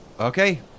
Okay